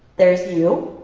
there's you.